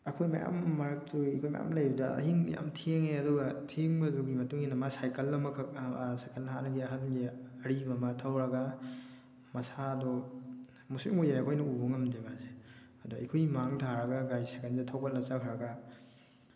ꯑꯩꯈꯣꯏ ꯃꯌꯥꯝ ꯃꯔꯛꯇꯨꯗ ꯑꯩꯈꯣꯏ ꯃꯌꯥꯝ ꯂꯩꯕꯗ ꯑꯍꯤꯡ ꯌꯥꯝ ꯊꯦꯡꯉꯦ ꯑꯗꯨꯒ ꯊꯦꯡꯕꯗꯨꯒꯤ ꯃꯇꯨꯡ ꯏꯟꯅ ꯃꯥ ꯁꯥꯏꯀꯜ ꯑꯃꯈꯛ ꯁꯥꯏꯀꯜ ꯍꯥꯟꯅꯒꯤ ꯑꯍꯜꯒꯤ ꯑꯔꯤꯕ ꯑꯃ ꯊꯧꯔꯒ ꯃꯁꯥꯗꯣ ꯃꯨꯁꯨꯛ ꯃꯨꯏꯌꯦ ꯑꯩꯈꯣꯏꯅ ꯎꯕ ꯉꯝꯗꯦ ꯃꯥꯁꯦ ꯑꯗ ꯑꯩꯈꯣꯏ ꯃꯥꯡ ꯊꯥꯔꯒ ꯒꯥꯔꯤ ꯁꯥꯏꯀꯜꯁꯦ ꯊꯧꯒꯠꯂꯒ ꯆꯠꯈ꯭ꯔꯒ